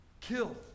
Kill